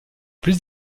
plus